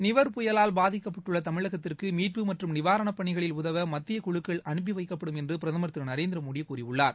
நிவர் புயலால் பாதிக்கப்பட்டுள்ள தமிழகத்திற்கு மீட்பு மற்றும் நிவாரணப் பணிகளில் உதவ மத்திய குழுக்கள் அனுப்பி வைக்கப்படும் என்று பிரதமர் திரு நரேந்திர மோடி கூறியுள்ளார்